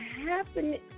happening